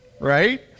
right